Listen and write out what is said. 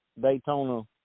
Daytona